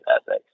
ethics